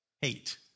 hate